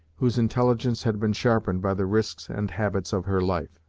whose intelligence had been sharpened by the risks and habits of her life.